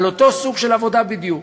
על אותו סוג של עבודה בדיוק.